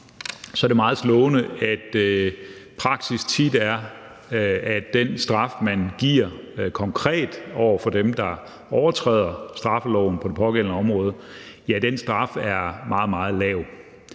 at det er meget slående, at praksis tit er, at den straf, som man konkret giver over for dem, der overtræder straffeloven på det pågældende område, er meget, meget lav.